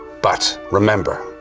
but remember,